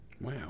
Wow